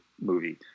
movie